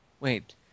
Wait